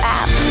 app